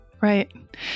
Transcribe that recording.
Right